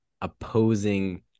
opposing